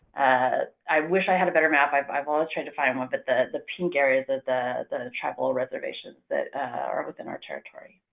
ah i wish i had a better map. i've i've always tried to find one, but the the pink areas are the tribal reservations that are within our territory.